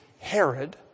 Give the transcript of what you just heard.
Herod